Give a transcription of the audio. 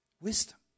Wisdom